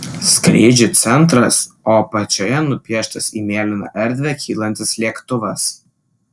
skrydžių centras o apačioje nupieštas į mėlyną erdvę kylantis lėktuvas